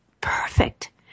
Perfect